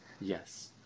Yes